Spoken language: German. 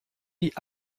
die